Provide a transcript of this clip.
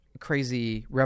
crazy